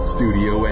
Studio